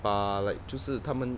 uh like 就是他们